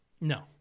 No